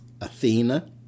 Athena